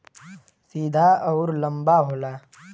सीधा अउर लंबा होला